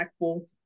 impactful